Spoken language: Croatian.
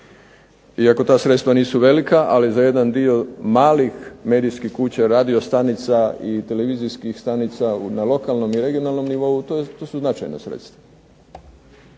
Iako ta sredstva nisu velika ali za jedan dio malih medijskih kuća radio stanica i televizijskih stanica na lokalnom i regionalnom nivou to su značajna sredstva.